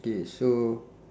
K so